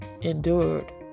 endured